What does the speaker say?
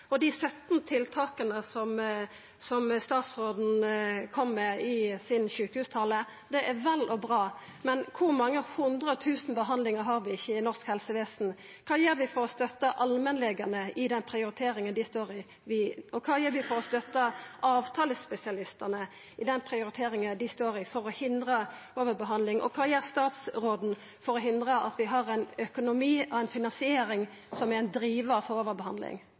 Dei 17 tiltaka som statsråden kom med i sjukehustalen sin, er vel og bra, men kor mange hundre tusen behandlingar har vi ikkje i norsk helsevesen? Kva gjer vi for å støtta allmennlegane i den prioriteringa dei står i, og kva gjer vi for å støtta avtalespesialistane i den prioriteringa dei står i – for å hindra overbehandling? Og kva gjer statsråden for å hindra at vi har ein økonomi og ei finansiering som er ein drivar for overbehandling?